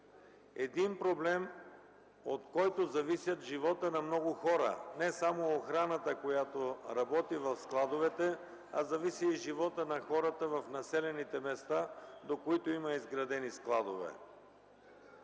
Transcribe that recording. проблем, от който зависи живота на много хора – не само на охраната, която работи в складовете, а и животът на хората в населените места, до които има изградени складове.